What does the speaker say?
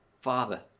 Father